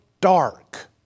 dark